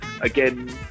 Again